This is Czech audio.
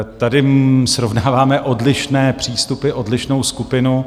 Tady srovnáváme odlišné přístupy, odlišnou skupinu.